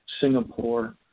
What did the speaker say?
Singapore